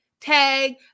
tag